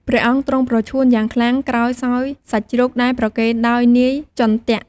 ព្រះអង្គទ្រង់ប្រឈួនយ៉ាងខ្លាំងក្រោយសោយសាច់ជ្រូកដែលប្រគេនដោយនាយចុន្ទៈ។